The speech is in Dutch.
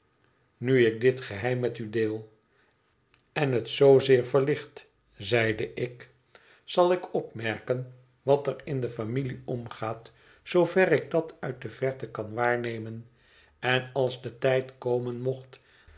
nu ik dit geheim met u deel en het zoozeer verlicht zeide ik zal ik opmerken wat er in de familie omgaat zoover ik dat uit de verte kan waarnemen en als de tijd komen mocht